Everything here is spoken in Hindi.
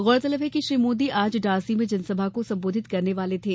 गौरतलब है कि श्री मोदी आज इटारसी में जनसभा को संबोधित करने वाले थे